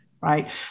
right